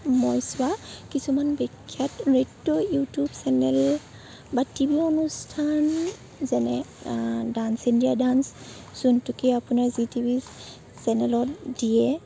মই চোৱা কিছুমান বিখ্যাত নৃত্য ইউটিউব চেনেল বা টিভি অনুষ্ঠান যেনে ডান্স ইণ্ডিয়া ডান্স যোনটো কি আপোনাৰ জি টিভি চেনেলত দিয়ে